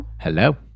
Hello